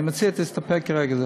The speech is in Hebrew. אני מציע שתסתפק כרגע.